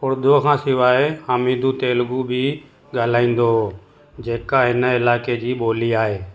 उर्दूअ खां सिवाइ हामिदु तेलुगु बि ॻाल्हाईंदो हो जेका हिन इलाइक़े जी ॿोली आहे